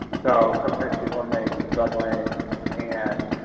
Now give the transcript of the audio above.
so sometimes people um may be struggling and